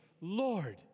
Lord